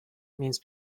means